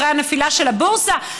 אחרי הנפילה של הבורסה.